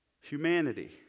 Humanity